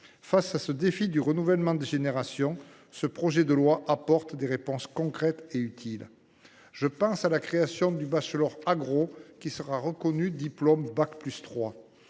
Face au défi du renouvellement des générations, ce projet de loi apporte des réponses concrètes et utiles. Je pense à la création du bachelor agro, qui sera reconnu comme un